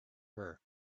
her